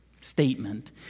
statement